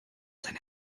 seine